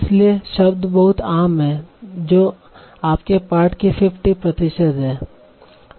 इसलिए शब्द बहुत आम हैं जो आपके पाठ के 50 प्रतिशत हैं